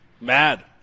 Mad